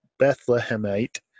bethlehemite